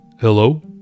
Hello